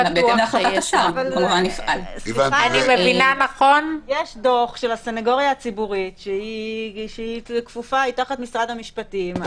יש דוח של הסניגוריה הציבורית שהיא תחת משרד המשפטים.